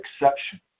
exception